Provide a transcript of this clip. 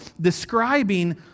describing